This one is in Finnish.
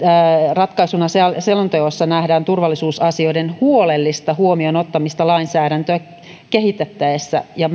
ratkaisuna selonteossa nähdään turvallisuusasioiden huolellinen huomioon ottaminen lainsäädäntöä kehitettäessä ja